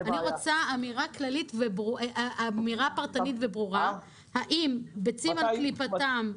אני רוצה אמירה פרטנית וברורה האם ביצים על קליפתם,